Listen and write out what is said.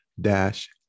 dash